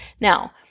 Now